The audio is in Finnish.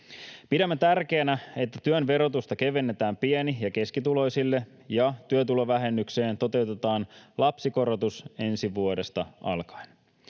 Pidämme tärkeänä, että työn verotusta kevennetään pieni- ja keskituloisille ja työtulovähennykseen toteutetaan lapsikorotus ensi vuodesta alkaen.